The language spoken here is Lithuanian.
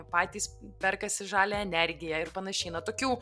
patys perkasi žalią energiją ir panašiai na tokių